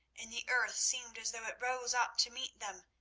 and the earth seemed as though it rose up to meet them,